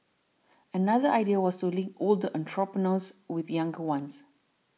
another idea was to link older entrepreneurs with younger ones